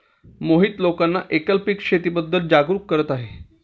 मोहित लोकांना एकल पीक शेतीबद्दल जागरूक करत आहे